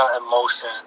emotion